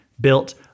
built